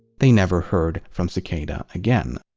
they never heard from cicada again.